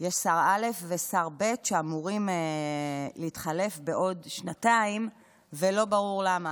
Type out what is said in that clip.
יש שר א' ושר ב' שאמורים להתחלף בעוד שנתיים ולא ברור למה.